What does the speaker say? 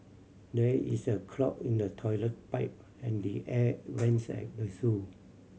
there is a clog in the toilet pipe and the air vents at the zoo